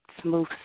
smooth